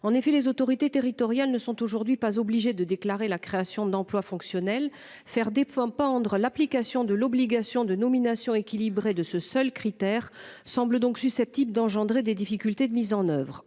En effet, les autorités territoriales ne sont aujourd'hui pas obligés de déclarer la création d'emplois fonctionnels, faire des formes pendre l'application de l'obligation de nomination équilibrée de ce seul critère semble donc susceptible d'engendrer des difficultés de mise en oeuvre